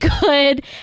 good